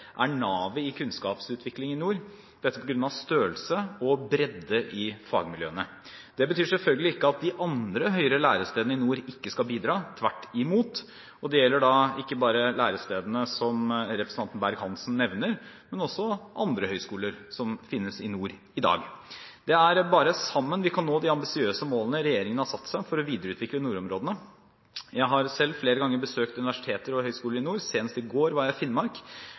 er navet i kunnskapsutvikling i nord, dette på grunn av størrelse og bredde i fagmiljøene. Det betyr selvfølgelig ikke at de andre høyere lærestedene i nord ikke skal bidra, tvert imot. Det gjelder ikke bare lærestedene som representanten Berg-Hansen nevner, men også andre høyskoler som finnes i nord i dag. Det er bare sammen vi kan nå de ambisiøse målene regjeringen har satt seg for å videreutvikle nordområdene. Jeg har selv flere ganger besøkt universiteter og høyskoler i nord, senest i går var jeg i Finnmark.